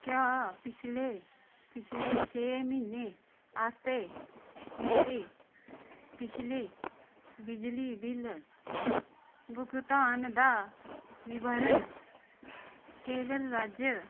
क्या पिछले पिछले छे म्हीने आस्तै मेरी पिछली बिजली बिल भुगतान दा विवरण केरल राज्य